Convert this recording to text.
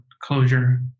closure